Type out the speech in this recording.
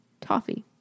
toffee